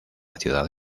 ciudad